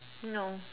no